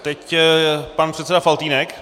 Teď pan předseda Faltýnek.